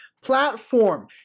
platform